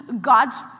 God's